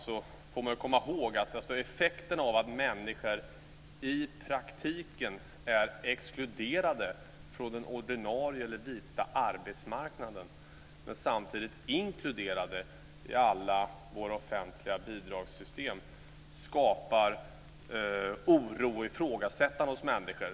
Man får komma ihåg att effekten av att människor i praktiken är exkluderade från den ordinarie eller vita arbetsmarknaden men samtidigt inkluderade i alla våra offentliga bidragssystem skapar oro och ifrågasättande hos människor.